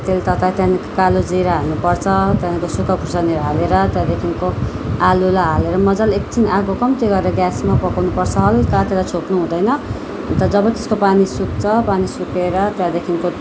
तेल तताएँ त्यहाँदेखिको कालो जिरा हाल्नु पर्छ त्यहाँदेखि सुक्खा खुर्सानी हालेर त्यहाँदेखिको आलुलाई हालेर मजाले एकछिन आगो कम्ती गरेर ग्यासमा पकाउनु पर्छ हल्का त्यसलाई छोप्नु हुँदैन अन्त जब त्यसको पानी सुक्छ पानी सुकेर त्यहाँदेखिको